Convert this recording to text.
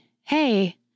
hey